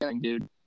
dude